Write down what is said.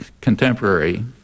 contemporary